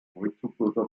teutoburger